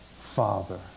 Father